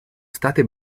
state